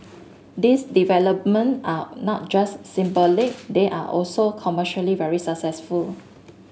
these development are not just symbolic they are also commercially very successful